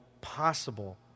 possible